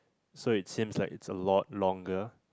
so it seems like it's a lot longer